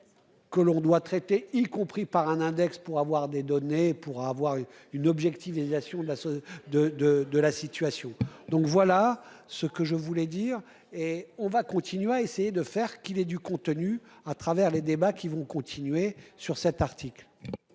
Que l'on doit traiter y compris par un index pour avoir des données pour avoir une objectif délégation de la de de de la situation. Donc voilà ce que je voulais dire et on va continuer à essayer de faire qu'il ait du contenu à travers les débats qui vont continuer sur cet article.